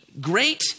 great